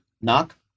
Knock